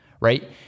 right